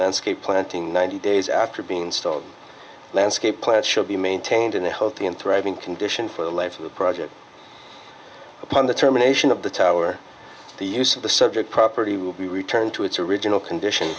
landscape planting ninety days after being installed landscape plants should be maintained in a healthy and thriving condition for the life of the project upon the terminations of the tower the use of the subject property will be returned to its original condition